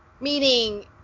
meaning